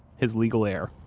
his legal heir,